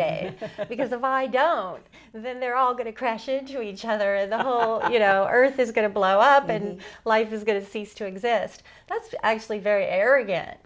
day because of i don't then they're all going to crash into each other that well you know earth is going to blow up and life is going to cease to exist that's actually very arrogant